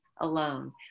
Alone